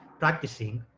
practicing,